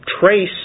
trace